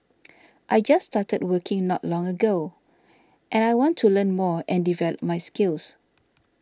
I just started working not long ago and I want to learn more and develop my skills